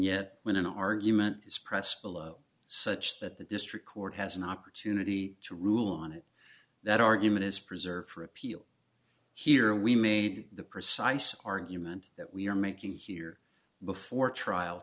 yet when an argument is pressed below such that the district court has an opportunity to rule on it that argument is preserved for appeal here we made the precise argument that we are making here before trial